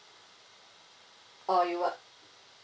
or you want